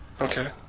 Okay